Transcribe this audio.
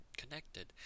connected